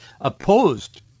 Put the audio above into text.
opposed